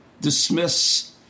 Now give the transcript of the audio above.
dismiss